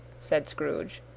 said scrooge.